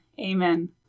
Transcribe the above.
Amen